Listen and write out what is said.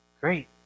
Great